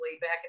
back